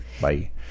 Bye